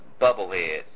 bubbleheads